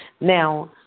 Now